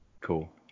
Cool